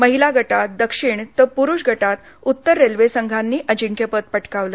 महिला गटात दक्षिण तर पुरुष गटात उत्तर रेल्वे संघांनी अजिंक्यपद पटकावलं